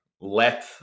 let